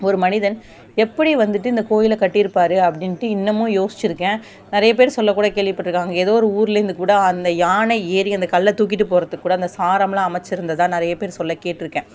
ஒரு மனிதன் எப்படி வந்துவிட்டு இந்த கோயிலை கட்டிருப்பார் அப்படின்ட்டு இன்னமும் யோசிச்சி இருக்கேன் நிறையப்பேர் சொல்லக்கூட கேள்விப்பட் இருக்கேன் அங்கே எதோ ஒரு ஊர்லேர்ந்து கூட அந்த யானை ஏறி அந்த கல்லை தூக்கிகிட்டு போறத்துக்கு கூட அந்த சாரம்லாம் அமைச்சிருந்ததாக நிறைய பேர் சொல்லக்கேட் இருகேன்